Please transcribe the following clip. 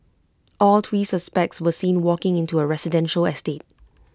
all three suspects were seen walking into A residential estate